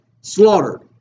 slaughtered